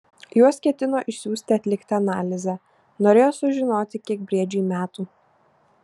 juos ketino išsiųsti atlikti analizę norėjo sužinoti kiek briedžiui metų